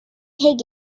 heard